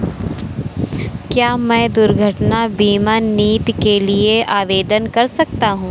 क्या मैं दुर्घटना बीमा नीति के लिए आवेदन कर सकता हूँ?